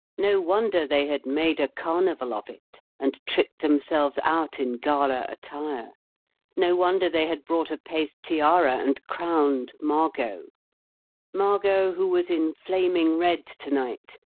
no wonder they had made a carnival of it, and tricked themselves out in gala attire no wonder they had brought a paste tiara and crowned margot margot, who was in flaming red to-night,